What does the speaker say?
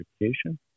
education